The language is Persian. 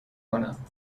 کنم